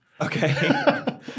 Okay